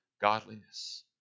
godliness